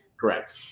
Correct